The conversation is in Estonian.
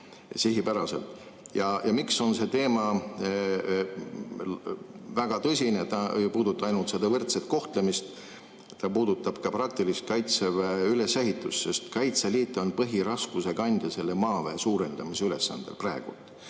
sihipäraselt? Ja miks on see teema väga tõsine? Ta ei puuduta ainult võrdset kohtlemist. Ta puudutab ka praktilist Kaitseväe ülesehitust, sest Kaitseliit on põhiraskuse kandja maaväe suurendamise ülesandel praegu.